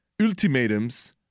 ultimatums